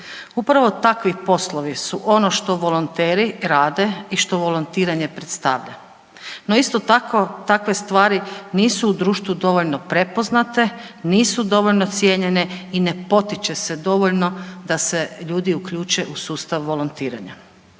Upravo takvi poslovi su ono što volonteri radi i što volontiranje predstavlja no isto tako takve stvari nisu u društvu dovoljno prepoznate, nisu dovoljno cijenjene i ne potiče se dovoljno da se ljudi uključe u sustav volontiranja.